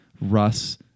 Russ